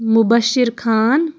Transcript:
Mubashir Khan